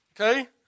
Okay